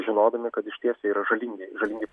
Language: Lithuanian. žinodami kad išties jie yra žalingi žalingi